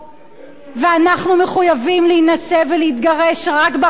ואנחנו מחויבים להינשא ולהתגרש רק ברבנות,